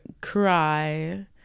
cry